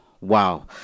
wow